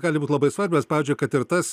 gali būti labai svarbios pavyzdžiui kad ir tas